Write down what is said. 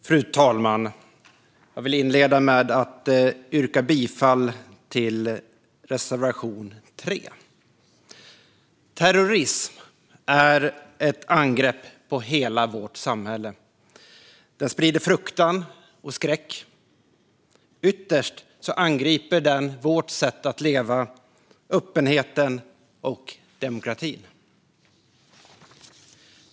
Fru talman! Jag vill inleda med att yrka bifall till reservation 3. Terrorism är ett angrepp på hela vårt samhälle. Den sprider fruktan och skräck. Ytterst angriper den vårt sätt att leva, öppenheten och demokratin.